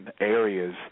areas